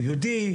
יהודי?